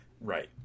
right